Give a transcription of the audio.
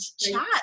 chat